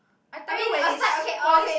I tell you when it spoils